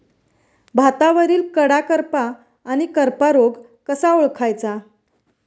भातावरील कडा करपा आणि करपा रोग कसा ओळखायचा?